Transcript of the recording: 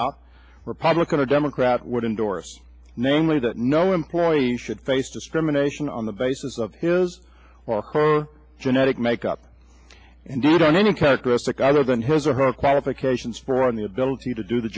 out republican or democrat would endorse namely that no employee should face discrimination on the basis of his or her genetic makeup indeed on any characteristic either than his or of qualifications for on the ability to do the